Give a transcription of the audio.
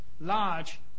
large